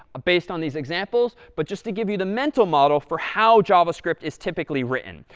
based on these examples, but just to give you the mental model for how javascript is typically written.